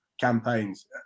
campaigns